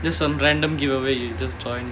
just some random giveaway you just join